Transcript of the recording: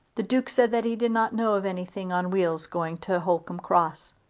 the duke said that he did not know of anything on wheels going to holcombe cross.